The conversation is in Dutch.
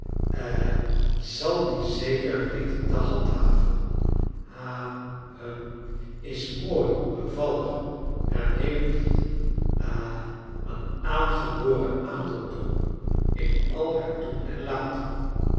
ha zal die zeker weten te handhaven ha hum is mooi bevallig en heeft ha een aangeboren adeldom in al haar doen en latan